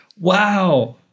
Wow